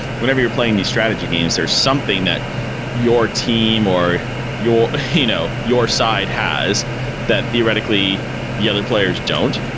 whenever you're playing these strategy games or something that your team or your you know your side has that theoretically the other players don't,